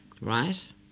Right